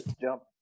Jump